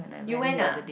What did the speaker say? you went ah